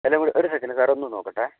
എല്ലാം ഒരു സെക്കൻഡ് സാറെ ഒന്ന് നോക്കട്ടെ